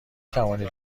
توانید